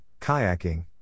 kayaking